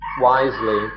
wisely